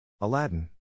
Aladdin